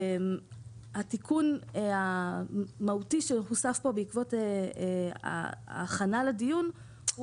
התיקון המהותי שהוסף פה בעקבות ההכנה לדיון הוא